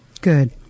Good